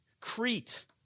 Crete